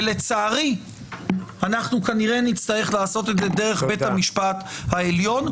ולצערי אנחנו כנראה נצטרך לעשות את זה דרך בית המשפט העליון,